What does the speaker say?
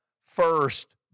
First